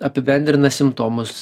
apibendrina simptomus